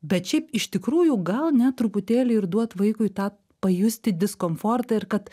bet šiaip iš tikrųjų gal net truputėlį ir duot vaikui tą pajusti diskomfortą ir kad